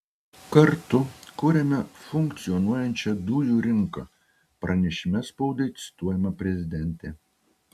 kartu kuriame funkcionuojančią dujų rinką pranešime spaudai cituojama prezidentė